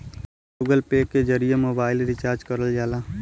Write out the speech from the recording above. Google Pay के जरिए mobile recharge करल जाला